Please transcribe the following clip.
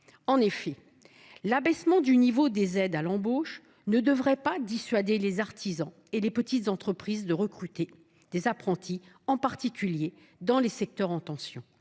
riches. L’abaissement du niveau des aides à l’embauche ne devrait pas dissuader les artisans et les petites entreprises de recruter des apprentis, en particulier dans les secteurs en tension.